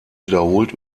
wiederholt